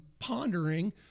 pondering